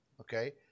Okay